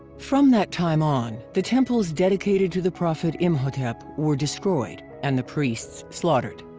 from that time on, the temples dedicated to the prophet imhotep were destroyed and the priests slaughtered.